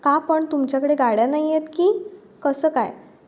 का पण तुमच्याकडे गाड्या नाही आहेत की कसं काय